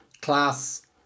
class